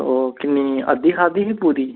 अ किन्नी अद्धी खाद्धी जां पूरी